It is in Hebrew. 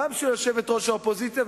גם של יושבת-ראש האופוזיציה,